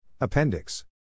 Appendix